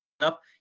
up